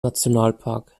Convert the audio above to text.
nationalpark